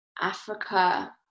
Africa